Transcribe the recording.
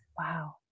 Wow